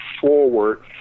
forward